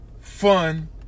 fun